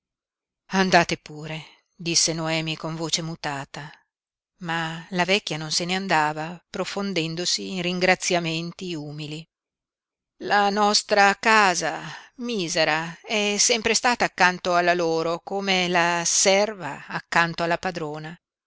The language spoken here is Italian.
andate pure disse noemi con voce mutata ma la vecchia non se ne andava profondendosi in ringraziamenti umili la nostra casa misera è sempre stata accanto alla loro come la serva accanto alla padrona